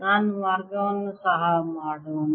ನಾನು ಮಾರ್ಗವನ್ನು ಸಹ ಮಾಡೋಣ